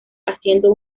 haciendo